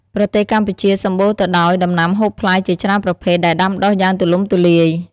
ប្រទេសកម្ពុជាសម្បូរទៅដោយដំណាំហូបផ្លែជាច្រើនប្រភេទដែលដាំដុះយ៉ាងទូលំទូលាយ។